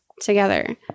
together